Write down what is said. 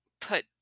put